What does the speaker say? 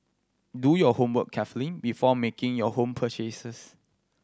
do your homework carefully before making your home purchases